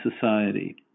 society